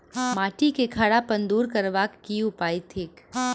माटि केँ खड़ापन दूर करबाक की उपाय थिक?